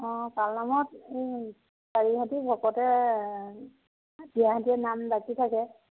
পালনামত চাৰি হাতী ভকতে হাতীয়ে হাতীয়ে নাম ডাকি থাকে